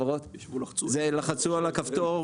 לחצו על הכפתור